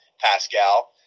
Pascal